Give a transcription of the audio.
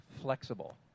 flexible